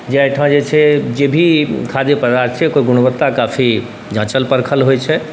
जे एहिठाम जे छै जे भी खाद्य पदार्थ छै ओकर गुणवत्ता काफी जाँचल परखल होइ छै